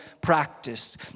practice